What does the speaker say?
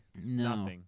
No